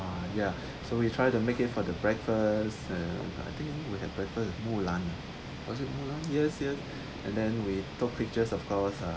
ya so we try to make it for the breakfast and I think we had breakfast at mu lan was it mu lan yes yes and then we took pictures of course ah